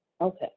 Okay